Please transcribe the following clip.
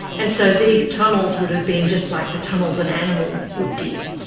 and so these tunnels would have been just like the tunnels an animal would dig?